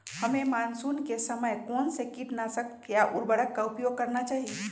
हमें मानसून के समय कौन से किटनाशक या उर्वरक का उपयोग करना चाहिए?